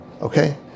Okay